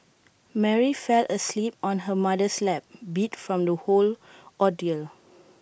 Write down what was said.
Mary fell asleep on her mother's lap beat from the whole ordeal